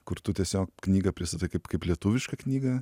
kur tu tiesiog knygą pristatai kaip kaip lietuvišką knygą